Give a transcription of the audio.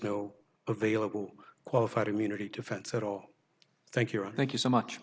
no available qualified immunity defense at all thank you ron thank you so much